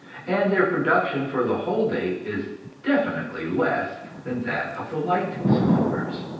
and their production for the whole day is definitely less than that of the light smokers.